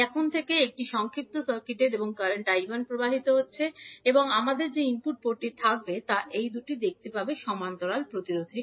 এখন থেকে এটি সংক্ষিপ্ত সার্কিটেড এবং কারেন্ট 𝐈1 প্রবাহিত হচ্ছে আমাদের যে ইনপুট পোর্টটি থাকবে তা এই দুটি দেখতে পাবে সমান্তরালে প্রতিরোধের